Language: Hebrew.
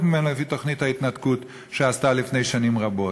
ממנו לפי תוכנית ההתנתקות שעשתה לפני שנים רבות.